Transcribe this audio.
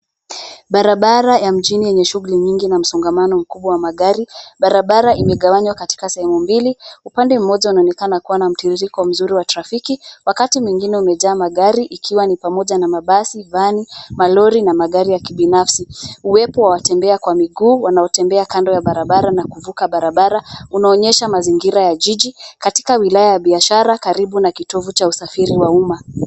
Barabara ya mjini yenye shughuli na msongamano mkubwa wa magari. Barabara imegawanywa katika sehemu mbili, upande mmoja unaonekana kuwa na mtiririko mzuri wa trafiki, wakati mwengine umejaa magari ikiwa ni pamoja na mabasi, van , malori na magari ya kibinafsi. Uwepo wa watembea kwa miguu wanaotembea kando ya barabara na kuvuka barabara, unaonyesha mazingira ya jiji, katika wilaya ya biashara karibu na kitovu cha usafiri wa umma.